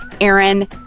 Aaron